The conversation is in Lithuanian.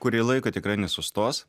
kurį laiką tikrai nesustos